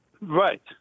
Right